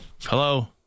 hello